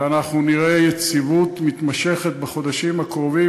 ואנחנו נראה יציבות מתמשכת בחודשים הקרובים,